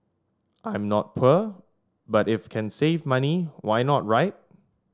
I'm not poor but if can save money why not right